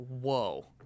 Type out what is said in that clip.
Whoa